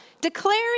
Declaring